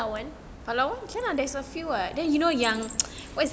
palawan